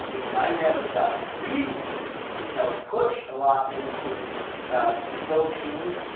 because i never stop. we and you know ah pushed a lot into um the philippines,